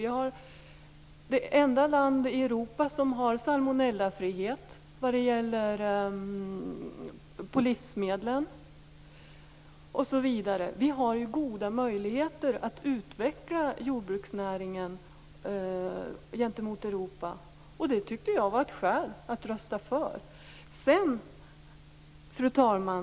Vi är det enda landet i Europa som har salmonellafria livsmedel. Vi har goda möjligheter att utveckla jordbruksnäringen gentemot Europa. Det tyckte jag var ett skäl att rösta för medlemskap. Fru talman!